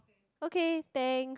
okay thanks